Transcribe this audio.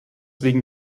wegen